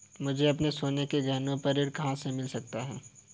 मुझे अपने सोने के गहनों पर ऋण कहाँ से मिल सकता है?